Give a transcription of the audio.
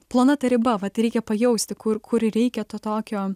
plona ta riba vat reikia pajausti kur kur ir reikia to tokio